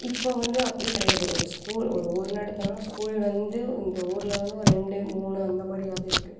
இப்போ வந்து அப்படி கிடையாது ஒரு ஸ்கூல் ஒரு ஊருன்னு எடுத்தன்னால் ஸ்கூல் வந்து அந்த ஊரில் வந்து ஒரு ரெண்டு மூணு அந்தமாதிரியாது இருக்குது